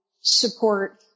support